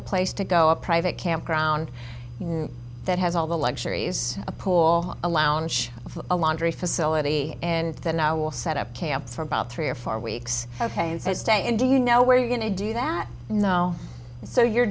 a place to go a private campground that has all the luxuries a pool a lounge a laundry facility and then i will set up camp for about three or four weeks of his day and do you know where you're going to do that you know so you're